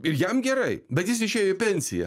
ir jam gerai bet jis išėjo į pensiją